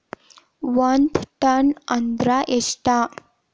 ಒಂದ್ ಟನ್ ಅಂದ್ರ ಎಷ್ಟ?